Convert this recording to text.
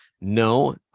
No